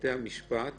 לבתי המשפט